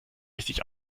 richtig